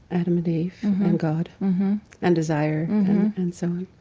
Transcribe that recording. adam and eve and god and desire and so on.